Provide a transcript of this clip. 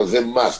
אבל זה must,